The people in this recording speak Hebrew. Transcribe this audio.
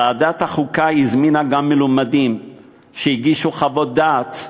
ועדת החוקה הזמינה גם מלומדים שהגישו חוות דעת,